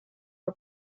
war